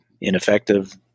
Ineffective